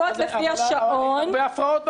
הרבה הפרעות בדרך.